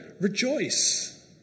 Rejoice